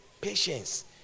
Patience